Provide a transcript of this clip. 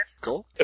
Cool